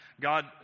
God